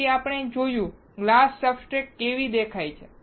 પછી આપણે જોયું ગ્લાસ સબસ્ટ્રેટ કેવી દેખાય છે